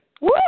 Woo